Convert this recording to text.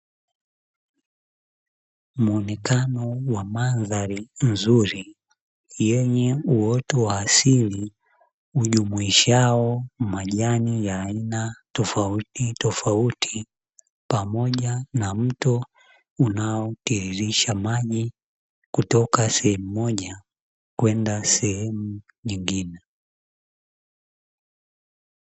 Muonekano wa mandhari nzuri yenye uoto wa asili hujumuishao majani ya aina tofautitofauti, pamoja na mto unaotiririsha maji, kutoka sehemu moja kwenda sehemu nyingine.